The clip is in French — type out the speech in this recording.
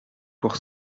pour